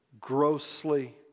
grossly